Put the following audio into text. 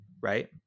right